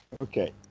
Okay